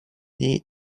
ней